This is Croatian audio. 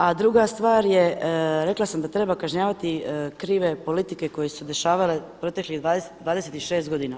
A druga stvar je, rekla sam da treba kažnjavati krive politike koje su se dešavale proteklih 26 godina.